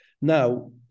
Now